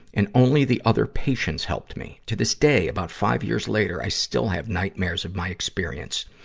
and only the other patients helped me. to this day, about five years later, i still have nightmares of my experience.